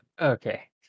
Okay